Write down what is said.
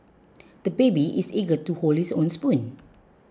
the baby is eager to hold his own spoon